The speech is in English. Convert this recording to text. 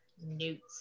newts